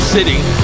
City